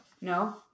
No